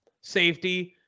safety